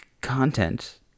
content